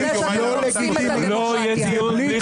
לא יהיה דיון בלי